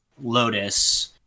lotus